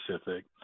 specific